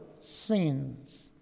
sins